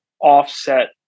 offset